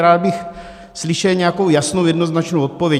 Rád bych slyšel nějakou jasnou a jednoznačnou odpověď.